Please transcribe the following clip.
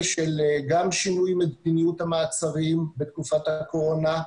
גם של שינוי מדיניות המעצרים בתקופת הקורונה,